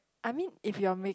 I mean if you're make